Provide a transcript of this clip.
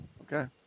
okay